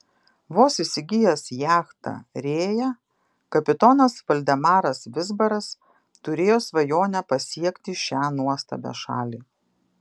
vos įsigijęs jachtą rėja kapitonas valdemaras vizbaras turėjo svajonę pasiekti šią nuostabią šalį